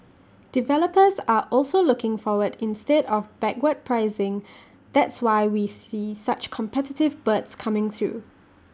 developers are also looking forward instead of backward pricing that's why we see such competitive bids coming through